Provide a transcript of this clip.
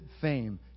fame